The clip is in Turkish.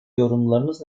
yorumlarınız